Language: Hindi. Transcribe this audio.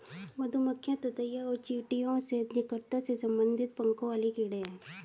मधुमक्खियां ततैया और चींटियों से निकटता से संबंधित पंखों वाले कीड़े हैं